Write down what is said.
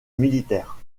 militaire